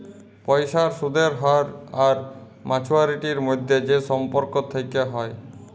পয়সার সুদের হ্য়র আর মাছুয়ারিটির মধ্যে যে সম্পর্ক থেক্যে হ্যয়